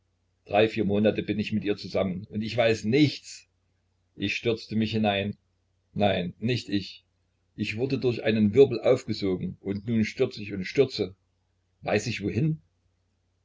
drei vier monate bin ich mit ihr zusammen und ich weiß nichts ich stürzte mich hinein nein nicht ich ich wurde durch einen wirbel aufgesogen und nun stürz ich und stürze weiß ich wohin